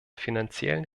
finanziellen